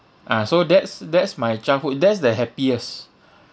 ah so that's that's my childhood that's the happiest